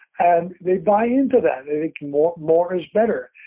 and they buy into that. they think more more is better.